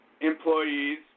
employees